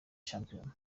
shampiyona